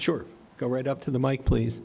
short go right up to the mike please